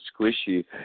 squishy